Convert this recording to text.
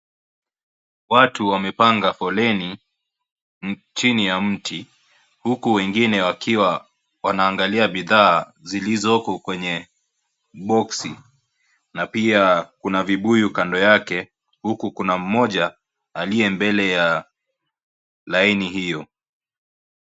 Watu wamepanga foleni chini ya mti. Huku wengine wakiwa wanaangalia bidhaa zilizoko kwenye box ,na pia kuna vibuyu kando yake huku kuna mmoja aliye mbele ya laini hiyo.